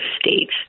states